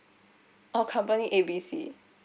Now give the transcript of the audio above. oh company A B C